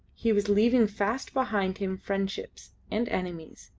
he was leaving fast behind him friendships, and enmities,